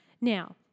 Now